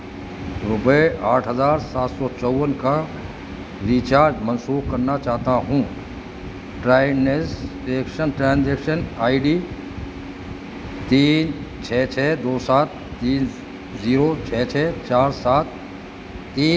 روپئے آٹھ ہزار سات سو چون کا ریچارج منسوخ کرنا چاہتا ہوں ٹرائنیس ری ایکشن ٹرانزیکشن آئی ڈی تین چھ چھ دو سات تین زیرو چھ چھ چار سات تین ہے